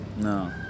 No